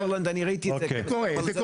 אני הייתי בהולנד אני ראיתי --- זה קורה,